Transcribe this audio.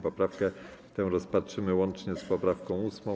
Poprawkę tę rozpatrzymy łącznie z poprawką 8.